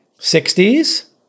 60s